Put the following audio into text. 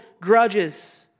grudges